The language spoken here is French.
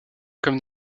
comme